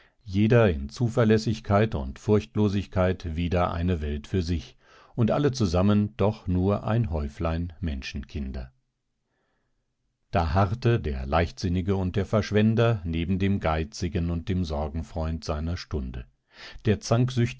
jeder in zuverlässigkeit und furchtlosigkeit wider eine welt für sich und alle zusammen doch nur ein häuflein menschenkinder da harrte der leichtsinnige und der verschwender neben dem geizigen und dem sorgenfreund seiner stunde der